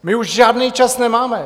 My už žádný čas nemáme.